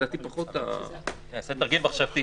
אני אעשה תרגיל מחשבתי.